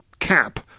Cap